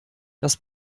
das